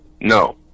No